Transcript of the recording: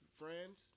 friends